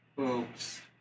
Oops